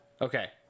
okay